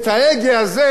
את ההגה הזה,